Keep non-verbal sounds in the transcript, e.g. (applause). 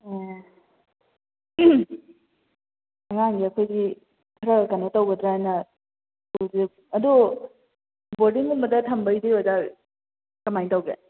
ꯑꯣ ꯑꯉꯥꯡꯁꯦ ꯑꯩꯈꯣꯏꯒꯤ ꯈꯔ ꯀꯩꯅꯣ ꯇꯧꯒꯗ꯭ꯔꯥꯅ (unintelligible) ꯑꯗꯨ ꯕꯣꯔꯗꯤꯡꯒꯨꯝꯕꯗ ꯊꯝꯕꯩꯗꯤ ꯑꯣꯖꯥ ꯀꯃꯥꯏꯅ ꯇꯧꯒꯦ